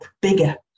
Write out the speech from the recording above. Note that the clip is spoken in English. bigger